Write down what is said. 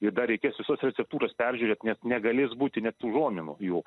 ir dar reikės visos receptūras peržiūrėt net negalės būti net užuominų jų